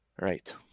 right